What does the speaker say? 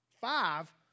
Five